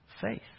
faith